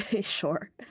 Sure